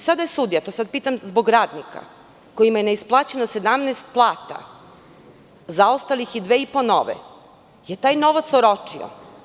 Sada je sudija, to pitam zbog radnika kojima je neisplaćeno 17 plata zaostalih i dve i po nove, je taj novac oročio.